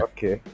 Okay